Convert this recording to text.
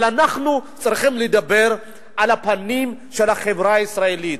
אבל אנחנו צריכים לדבר על הפנים של החברה הישראלית,